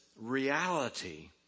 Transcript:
reality